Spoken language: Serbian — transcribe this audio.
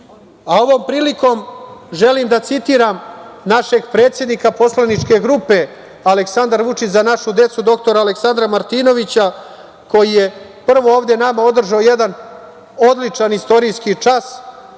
prilikom želim da citiram našeg predsednika poslaničke grupe Aleksandar Vučić – Za našu decu, dr Aleksandra Martinovića, koji je prvo ovde nama održao jedan odličan istorijski čas,